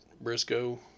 Briscoe